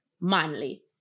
manly